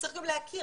צריך להכיר,